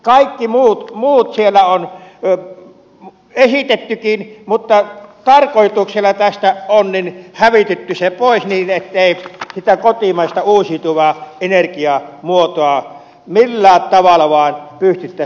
kaikki muut siellä on esitettykin mutta tarkoituksella tästä on hävitetty se pois niin ettei sitä kotimaista uusiutuvaa energiamuotoa millään tavalla vain pystyttäisi hyödyntämään